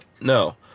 No